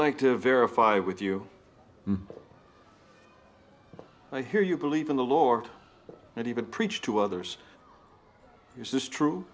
like to verify with you i hear you believe in the lord and even preach to others is this true